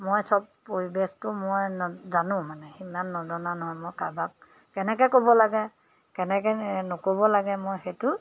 মই সব পৰিৱেশটো মই ন জানো মানে সিমান নজনা নহয় মই কাৰোবাক কেনেকৈ ক'ব লাগে কেনেকৈ নক'ব লাগে মই সেইটো